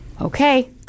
Okay